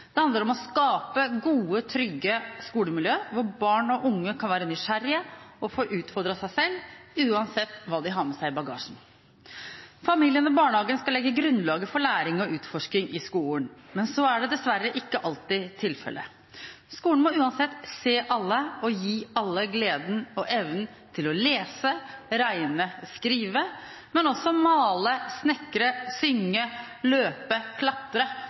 Det handler om å skape gode, trygge skolemiljø hvor barn og unge kan være nysgjerrige og får utfordret seg selv, uansett hva de har med seg i bagasjen. Familien og barnehagen skal legge grunnlaget for læring og utforsking i skolen. Men så er dessverre ikke alltid tilfellet. Skolen må uansett se alle og gi alle gleden ved og evnen til å lese, regne, skrive, men også male, snekre, synge, løpe, klatre